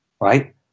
right